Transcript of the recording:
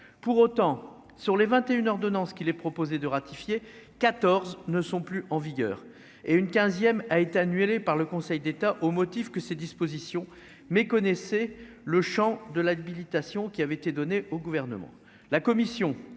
pour autant sur les 21 donnant qu'il est proposé de ratifier 14 ne sont plus en vigueur et une 15ème, a été annulée par le Conseil d'État, au motif que ces dispositions méconnaissait le Champ de l'habilitation qui avait été donné au gouvernement,